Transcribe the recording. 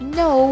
no